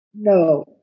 no